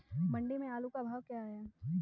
मंडी में आलू का भाव क्या है?